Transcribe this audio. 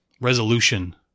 resolution